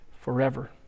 forever